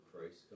Christ